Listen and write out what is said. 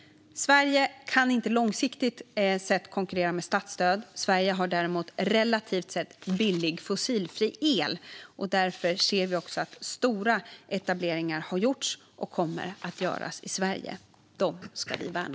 Sverige kan inte långsiktigt konkurrera med statsstöd. Sverige har däremot, relativt sett, billig fossilfri el. Därför ser vi också att stora etableringar har gjorts och kommer att göras i Sverige. Dessa ska vi värna.